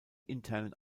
internen